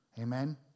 Amen